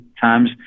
times